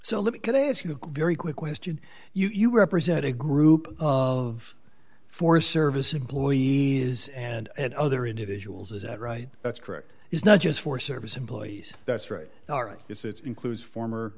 so let me can i ask you very quick question you represent a group of forest service employee is and at other individuals is that right that's correct it's not just for service employees that's right all right it's includes former